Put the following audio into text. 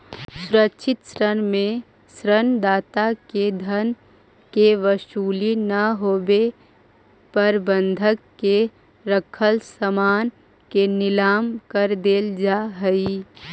सुरक्षित ऋण में ऋण दाता के धन के वसूली ना होवे पर बंधक के रखल सामान के नीलाम कर देल जा हइ